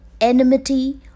enmity